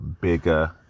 bigger